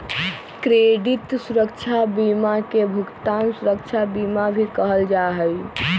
credit सुरक्षा बीमा के भुगतान सुरक्षा बीमा भी कहल जा हई